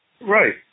Right